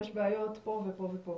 יש בעיות פה ופה ופה.